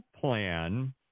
plan